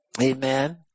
Amen